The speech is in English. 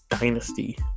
dynasty